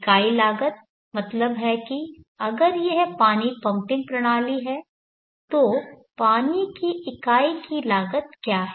इकाई लागत मतलब है कि अगर यह पानी पंपिंग प्रणाली है तो पानी की इकाई की लागत क्या है